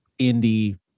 indie